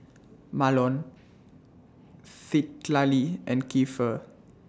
Mahlon Citlali and Keifer